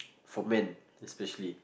for man especially